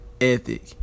ethic